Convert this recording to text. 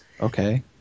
Okay